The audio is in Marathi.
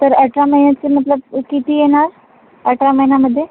तर अठरा महिन्याचे मतलब किती येणार अठरा महिन्यामध्ये